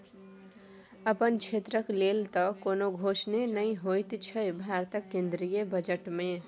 अपन क्षेत्रक लेल तँ कोनो घोषणे नहि होएत छै भारतक केंद्रीय बजट मे